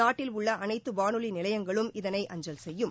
நாட்டில் உள்ள அனைத்து வானொலி நிலையங்களும் இதனை அஞ்சல் செய்யும்